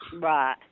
Right